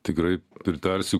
tikrai pritarsiu